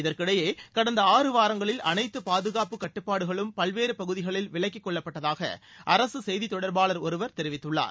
இதற்கிடையே கடந்த ஆறு வாரங்களில் அனைத்து பாதுகாப்பு கட்டுப்பாடுகளும் பல்வேறு பகுதிகளில் விலக்கிக்கொள்ளப்பட்டதாக அரசு செய்தி தொடர்பாளர் ஒருவர் தெரிவித்துள்ளார்